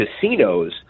casinos